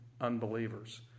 unbelievers